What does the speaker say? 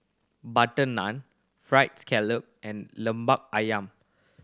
butter naan Fried Scallop and Lemper Ayam